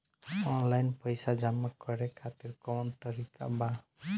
Online पइसा जमा करे खातिर कवन तरीका बा?